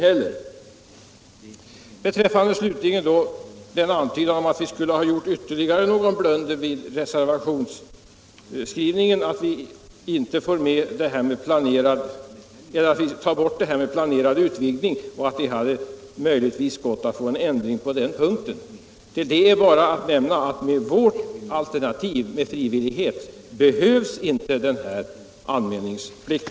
Slutligen antydde herr Andersson att vi skulle ha gjort ytterligare en blunder vid skrivningen av vår reservation, när vi har tagit bort detta med planerad utvidgning av sågverk, där det möjligen hade gått att få en ändring. Men till det är bara att säga, att med vårt alternativ med frivillighet behövs det ingen anmälningsplikt.